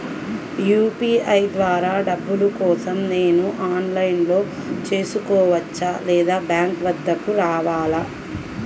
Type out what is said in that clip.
UPI ద్వారా డబ్బులు కోసం నేను ఆన్లైన్లో చేసుకోవచ్చా? లేదా బ్యాంక్ వద్దకు రావాలా?